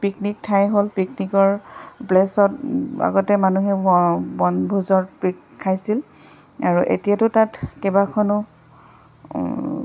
picnic ঠাই হ'ল পিকনিকৰ প্লেচত আগতে মানুহে বনভোজৰ পিক খাইছিল আৰু এতিয়াতো তাত কেইবাখনো